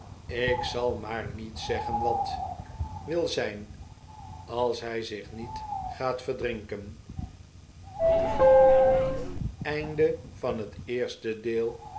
ik zal maar niet zeggen wat wil zijn als hij zich niet gaat verdrinken